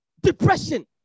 depression